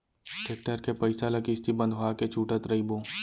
tractor के पइसा ल किस्ती बंधवा के छूटत रइबो